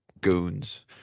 Goons